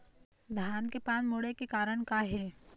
धान के पान मुड़े के कारण का हे?